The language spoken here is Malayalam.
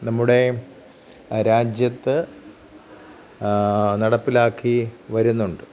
നമ്മുടെ രാജ്യത്ത് നടപ്പിലാക്കി വരുന്നുണ്ട്